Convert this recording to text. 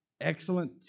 Excellent